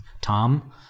Tom